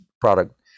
product